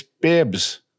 bibs